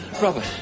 Robert